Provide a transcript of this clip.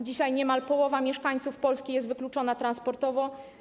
Dzisiaj niemal połowa mieszkańców Polski jest wykluczona transportowo.